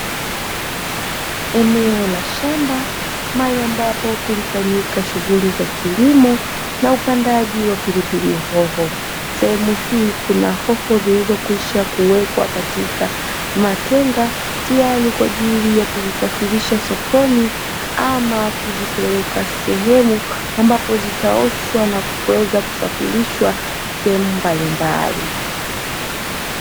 Eneo la shamba mahali ambapo kulifanyika shughuli ya kilimo na upandaji wa pilipili hoho. Sehemu hii kuna hoho zilizokwisha kuwekwa katika matenga, tayari kwa ajili ya kuzisafirisha sokoni ama kuzipeleka sehemu ambapo zitaoshwa na kuweza kusafirishwa sehemu mbalimbali.